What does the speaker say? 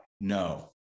no